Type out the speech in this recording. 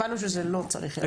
הבנו שזה לא צריך להיות.